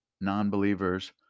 non-believers